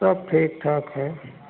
सब ठीक ठाक है